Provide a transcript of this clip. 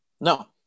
No